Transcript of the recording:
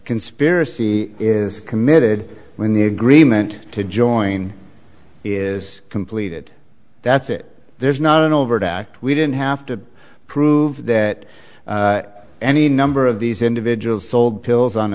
conspiracy is committed when the agreement to join is completed that's it there's not an overt act we didn't have to prove that any number of these individuals sold pills on